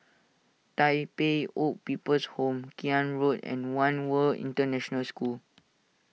Tai Pei Old People's Home Road and one World International School